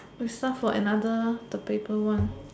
we find for another the paper one